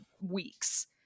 weeks